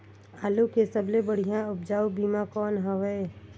आलू के सबले बढ़िया उपजाऊ बीजा कौन हवय?